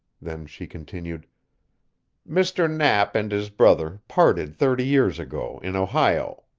then she continued mr. knapp and his brother parted thirty years ago in ohio.